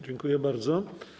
Dziękuję bardzo.